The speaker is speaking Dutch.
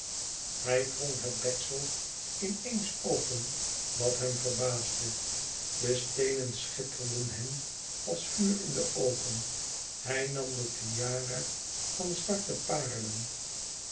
hij wrong het deksel in eens open wat hem verbaasde de steenen schitterden hem als vuur in de oogen hij nam de tiara van zwarte